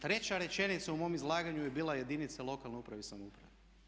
Treća rečenica u mom izlaganja je bila jedinica lokalne uprave i samouprave.